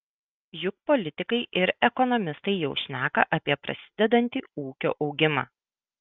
juk politikai ir ekonomistai jau šneka apie prasidedantį ūkio augimą